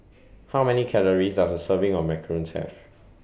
How Many Calories Does A Serving of Macarons Have